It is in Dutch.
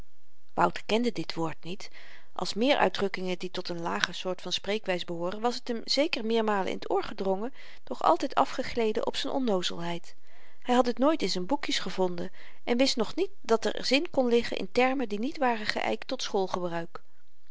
wouter kende dit woord niet als meer uitdrukkingen die tot n lager soort van spreekwys behooren was t hem zeker meermalen in t oor gedrongen doch altyd afgegleden op z'n onnoozelheid hy had het nooit in z'n boekjes gevonden en wist nog niet dat er zin kon liggen in termen die niet waren geykt tot